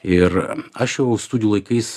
ir aš jau studijų laikais